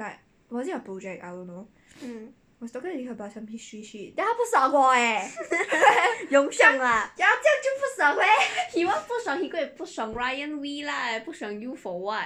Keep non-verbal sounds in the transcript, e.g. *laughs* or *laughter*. *laughs* yong sheng ah he want 不爽 ryan wee lah 不爽 you for what